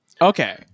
okay